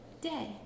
day